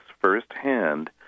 firsthand